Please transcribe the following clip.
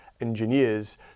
engineers